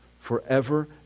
forever